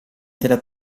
della